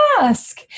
ask